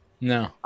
No